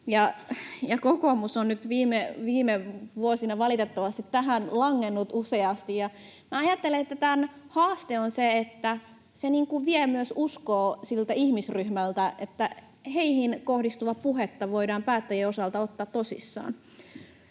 Kokoomus on nyt viime vuosina valitettavasti tähän langennut useasti. Ajattelen, että tämän haaste on, että se vie myös siltä ihmisryhmältä uskoa siihen, että päättäjien osalta heihin